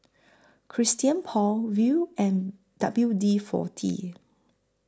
Christian Paul Viu and W D forty